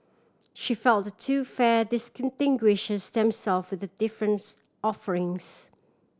she felt the two fair distinguishes themself with difference offerings